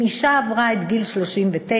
שאם אישה עברה את גיל 39,